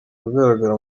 agaragara